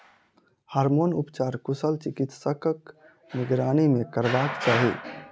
hormone उपचार कुशल चिकित्सकक निगरानी मे करयबाक चाही